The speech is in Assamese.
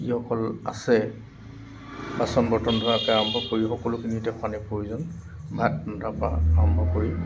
যিসকল আছে বাচন বৰ্তন ধোৱাকে আৰম্ভ কৰি সেই সকলোখিনিতে পানীৰ প্ৰয়োজন ভাত ৰন্ধাৰ পৰা আৰম্ভ কৰি